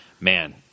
man